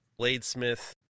bladesmith